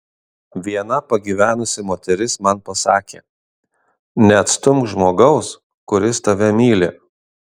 viena pagyvenusi moteris man pasakė neatstumk žmogaus kuris tave myli